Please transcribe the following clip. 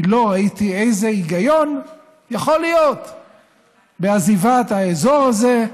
כי לא ראיתי איזה היגיון יכול להיות בעזיבת האזור הזה,